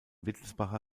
wittelsbacher